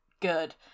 good